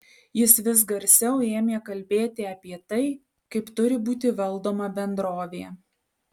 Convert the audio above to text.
jis vis garsiau ėmė kalbėti apie tai kaip turi būti valdoma bendrovė